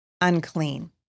unclean